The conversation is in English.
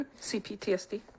CPTSD